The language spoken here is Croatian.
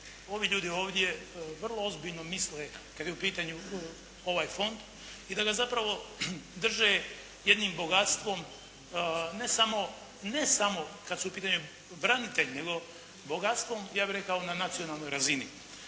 ovi ljudi ovdje vrlo ozbiljno misle kada je u pitanju ovaj Fond, i da ga zapravo drže jednim bogatstvom ne samo kada su u pitanju branitelji, nego bogatstvom, ja bih rekao na nacionalnoj razini.